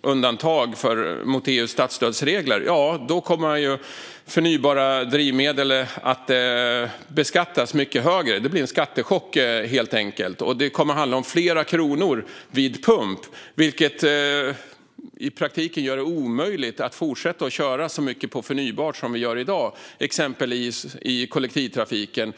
undantag från EU:s statsstödsregler kommer förnybara drivmedel att beskattas mycket högre. Det blir helt enkelt en skattechock. Det kommer att handla om flera kronor vid pump, vilket i praktiken gör det omöjligt att fortsätta att köra så mycket på förnybart som vi gör i dag, till exempel i kollektivtrafiken.